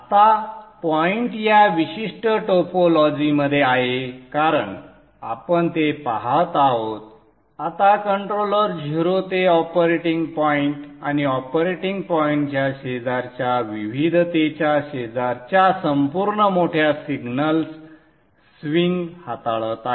आता पॉइंट या विशिष्ट टोपोलॉजीमध्ये आहे कारण आपण ते पाहत आहोत आता कंट्रोलर 0 ते ऑपरेटिंग पॉईंट आणि ऑपरेटिंग पॉइंटच्या शेजारच्या विविधतेच्या शेजारच्या संपूर्ण मोठ्या सिग्नल्स स्विंग हाताळत आहे